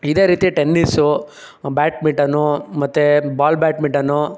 ಇದೇ ರೀತಿ tennis badminton ಮತ್ತು ಬಾಲ್ ಬ್ಯಾಡ್ಮಿಟನು